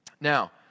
Now